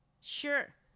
Sure